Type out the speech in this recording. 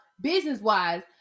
business-wise